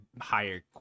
higher